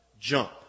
Jump